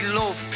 love